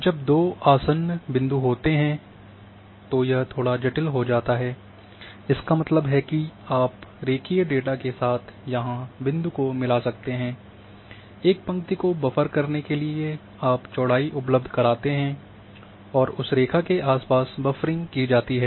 जब दो आसन्न बिंदु होते हैं तो यह थोड़ा जटिल हो जाता है इसका मतलब है कि आप रेखीय डेटा के साथ यहां बिंदु को मिला सकते हैं एक पंक्ति को बफर करने के लिए आप चौड़ाई उपलब्ध कराते हैं और उस रेखा के आसपास बफरिंग की जा सकती है